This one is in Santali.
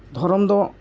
ᱫᱷᱚᱨᱚᱢ ᱫᱚ